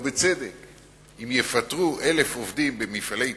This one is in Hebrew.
אם יפטרו 1,000 עובדים במפעלי "תפרון",